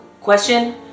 question